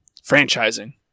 Franchising